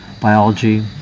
biology